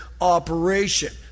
operation